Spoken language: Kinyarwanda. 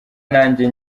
nanjye